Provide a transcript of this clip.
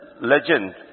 legend